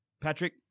Patrick